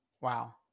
Wow